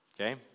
Okay